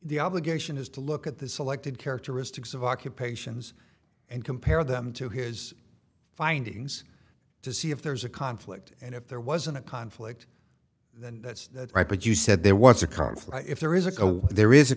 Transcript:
the obligation is to look at the selected characteristics of occupations and compare them to his findings to see if there's a conflict and if there wasn't a conflict that's right but you said there was a conflict if there is a there is a